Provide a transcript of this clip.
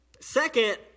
Second